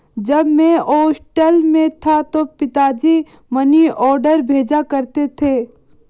जब मैं हॉस्टल में था तो पिताजी मनीऑर्डर भेजा करते थे